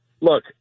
look